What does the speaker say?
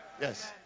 Yes